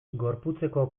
gorputzeko